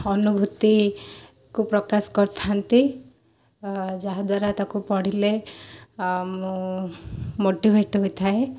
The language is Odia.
ଅନୁଭୂତିକୁ ପ୍ରକାଶ କରିଥାନ୍ତି ଯାହାଦ୍ୱାରା ତାକୁ ପଢ଼ିଲେ ଆଉ ମୁଁ ମୋଟିଭେଟ୍ ହୋଇଥାଏ